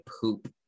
poop